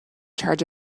charge